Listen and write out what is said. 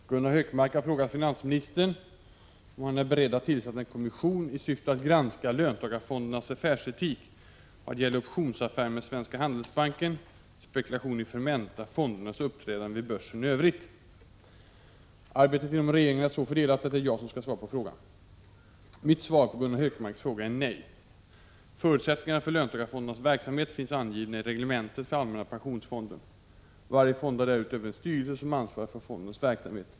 I Herr talman! Gunnar Hökmark har frågat finansministern om han är beredd att tillsätta en kommission i syfte att granska löntagarfondernas affärsetik vad gäller optionsaffären med Svenska Handelsbanken, spekulationen i Fermenta och fondernas uppträdande vid börsen i övrigt. Arbetet inom regeringen är så fördelat att det är jag som skall svara på frågan. 65 Mitt svar på Gunnar Hökmarks fråga är nej. Förutsättningarna för löntagarfondernas verksamhet finns angivna i reglementet för allmänna pensionsfonden. Varje fond har därutöver en styrelse som ansvarar för fondens verksamhet.